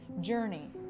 journey